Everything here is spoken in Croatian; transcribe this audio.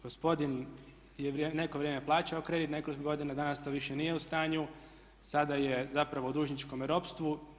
Gospodin je neko vrijeme plaćao kredit, nekoliko godina, danas to više nije u stanju, sada je zapravo u dužničkome ropstvu.